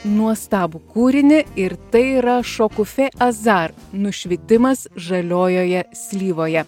nuostabų kūrinį ir tai yra šokufė azar nušvitimas žaliojoje slyvoje